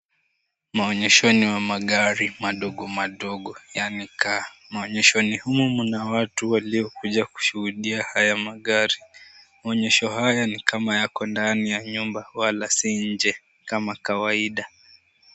Maonyeshoni wa magari madogomadogo yaani car .Maonyesho humu kuna watu waliokuja kushuhudia haya magari. Maonyesho haya ni kama yako ndani ya nyumba wala si nje kama kawaida.